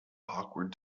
awkward